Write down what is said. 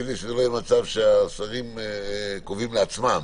כדי שלא יהיה מצב שהשרים קובעים לעצמם.